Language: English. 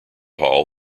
hall